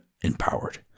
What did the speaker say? empowered